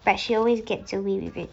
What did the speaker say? but she always gets away with it